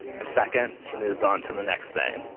and second, she moves on to the next thing.